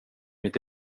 mitt